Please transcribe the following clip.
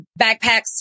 backpacks